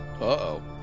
Uh-oh